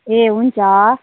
ए हुन्छ